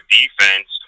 defense